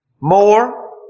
More